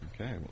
Okay